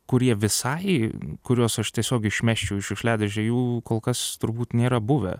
kurie visai kuriuos aš tiesiog išmesčiau į šiukšliadėžę jų kol kas turbūt nėra buvę